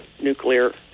nuclear